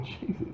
Jesus